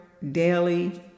daily